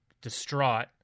distraught